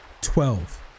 Twelve